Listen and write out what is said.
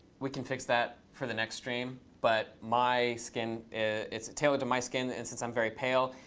we can fix that for the next stream, but my skin, it's tailored to my skin. and since i'm very pale,